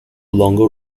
longer